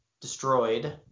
destroyed